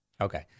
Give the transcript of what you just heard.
Okay